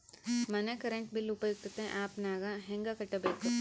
ಮನೆ current bill ಉಪಯುಕ್ತತೆ app ನಾಗ ಹೆಂಗ ಕಟ್ಟಬೇಕು?